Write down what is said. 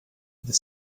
the